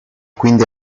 quindi